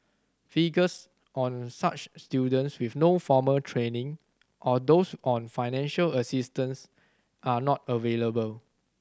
figures on such students with no formal training or those on financial assistance are not available